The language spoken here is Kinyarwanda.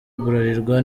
bralirwa